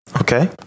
Okay